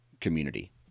community